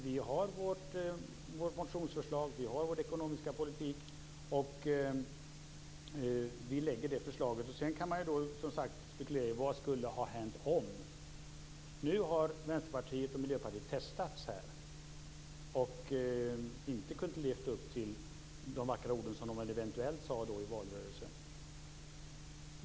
Vi har vårt motionsförslag, vi har vår ekonomiska politik och vi lägger fram det förslaget. Sedan kan man ju, som sagt, spekulera i vad som skulle ha hänt om. Nu har Vänsterpartiet och Miljöpartiet testats, och de har inte levt upp till de vackra ord som de eventuellt sade i valrörelsen.